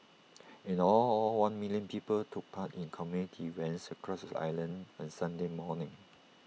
in all all one million people took part in community events across the island on Sunday morning